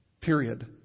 Period